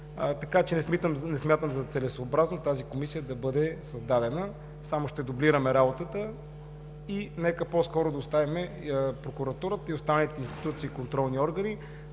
Така че не смятам за целесъобразно тази Комисия да бъде създадена – само ще дублираме работата. И нека по-скоро да оставим прокуратурата и останалите институции и контролни органи